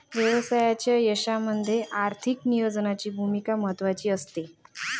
व्यवसायाच्या यशामध्ये आर्थिक नियोजनाची भूमिका महत्त्वाची असते